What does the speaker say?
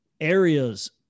areas